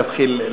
תתחיל,